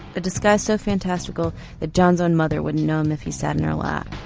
a disguise so fantastical that john's own mother wouldn't know him if he sat in her lap.